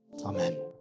Amen